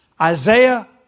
Isaiah